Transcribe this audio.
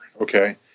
Okay